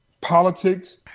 politics